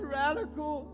radical